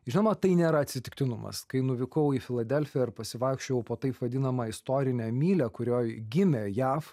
žinoma tai nėra atsitiktinumas kai nuvykau į filadelfiją ir pasivaikščiojau po taip vadinamą istorinę mylią kurioj gimė jav